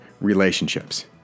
relationships